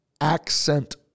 accent